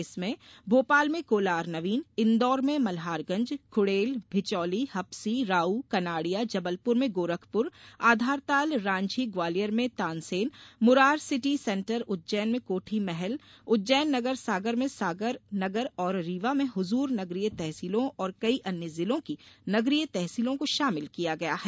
इसमें भोपाल में कोलार नवीन इन्दौर में मल्हारगंज खुड़ैल भिचौली हप्सी राउ कनाड़िया जबलपुर में गोरखपुर आधारताल रांझी ग्वालियर में तानसेन मुरार सिटी सेन्टर उज्जैन में कोठी महल उज्जैन नगर सागर में सागर नगर और रीवा में हुजूर नगरीय तहसीलों और कई अन्य जिलों की नगरीय तहसीलों को शामिल किया गया है